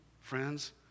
friends